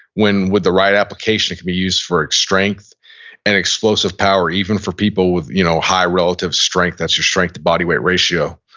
when with the right application, it can be used for like strength and explosive power even for people with you know high relative strength, that's your strength to body weight ratio.